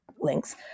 links